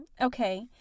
Okay